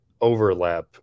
overlap